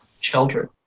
children